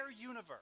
universe